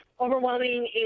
overwhelming